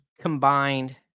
combined